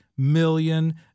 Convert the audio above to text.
million